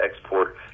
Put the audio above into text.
export